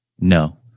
No